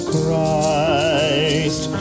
Christ